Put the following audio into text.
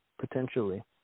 potentially